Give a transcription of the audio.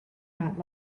not